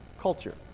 culture